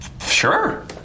Sure